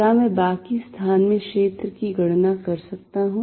क्या मैं बाकी स्थान में क्षेत्र की गणना कर सकता हूं